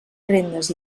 rendes